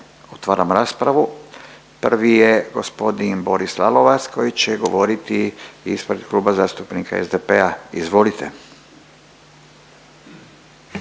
Otvaram raspravu. Prvi je g. Boris Lalovac koji će govoriti ispred Kluba zastupnika SDP-a, izvolite.